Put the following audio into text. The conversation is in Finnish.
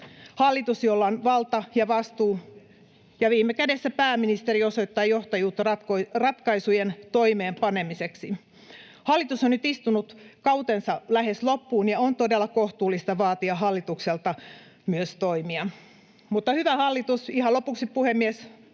hallitus, jolla on valta ja vastuu — ja viime kädessä pääministeri — osoittaa johtajuutta ratkaisujen toimeenpanemiseksi. Hallitus on nyt istunut kautensa lähes loppuun, ja on todella kohtuullista vaatia hallitukselta myös toimia. Mutta ihan lopuksi, puhemies,